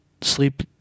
sleep